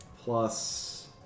plus